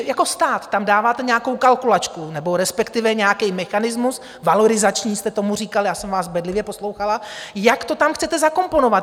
Jako stát tam dáváte nějakou kalkulačku nebo respektive nějaký mechanismus valorizační jste tomu říkali, já jsem vás bedlivě poslouchala jak to tam chcete zakomponovat?